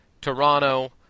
Toronto